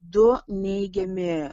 du neigiami